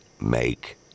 make